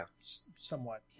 somewhat